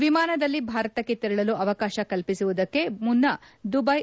ವಿಮಾನದಲ್ಲಿ ಭಾರತಕ್ಕೆ ತೆರಳಲು ಅವಕಾಶ ಕಲ್ಪಿಸುವುದಕ್ಕೆ ಮುನ್ನ ದುಬ್ಯೆ